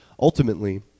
ultimately